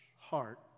heart